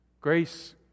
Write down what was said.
Grace